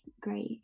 great